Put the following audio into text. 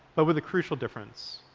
but with a crucial difference.